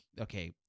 okay